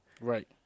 right